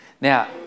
Now